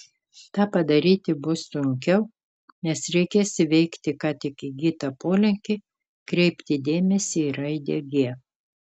tą padaryti bus sunkiau nes reikės įveikti ką tik įgytą polinkį kreipti dėmesį į raidę g